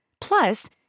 Plus